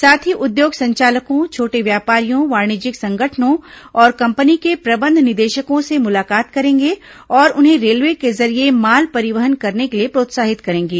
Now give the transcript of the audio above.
साथ ही उद्योग संचालकों छोटे व्यापारियों वाणिज्यिक संगठनों और कंपनी के प्रबंध निदेशकों से मुलाकात करेंगे और उन्हें रेलवे के जरिये माल परिवहन करने के लिए प्रोत्साहित करेंगे